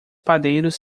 padeiros